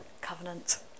covenant